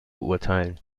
beurteilen